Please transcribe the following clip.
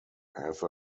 have